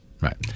Right